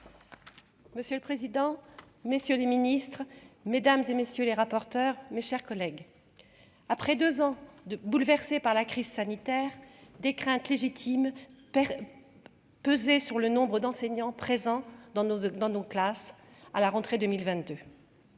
Monsieur le président, messieurs les Ministres, mesdames et messieurs les rapporteurs, mes chers collègues, après 2 ans de bouleversé par la crise sanitaire des craintes légitimes pesé sur le nombre d'enseignants présents dans nos dans nos classes à la rentrée 2022,